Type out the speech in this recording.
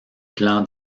plan